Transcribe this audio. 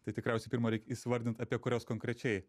tai tikriausiai pirma reik įsivardint apie kurias konkrečiai